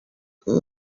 kanda